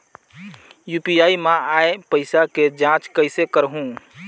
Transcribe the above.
UPI मा आय पइसा के जांच कइसे करहूं?